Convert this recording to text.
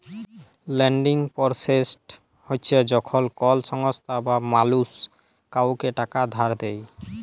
lending process হছে যখল কল সংস্থা বা মালুস কাউকে টাকা ধার দেঁই